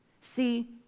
see